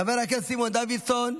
חבר הכנסת סימון דוידסון,